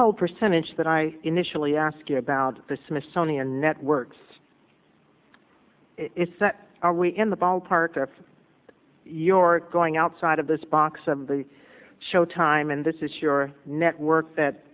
whole percentage that i initially ask you about the smithsonian networks is that are we in the ballpark of york going outside of this box and the showtime and this is your network that